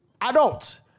adults